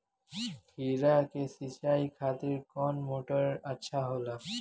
खीरा के सिचाई खातिर कौन मोटर अच्छा होला?